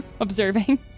observing